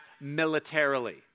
militarily